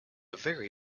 very